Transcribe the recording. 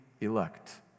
elect